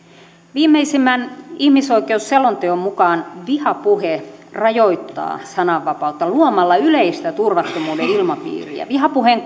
viimeisimmän ihmisoikeusselonteon mukaan vihapuhe rajoittaa sananvapautta luomalla yleistä turvattomuuden ilmapiiriä vihapuheen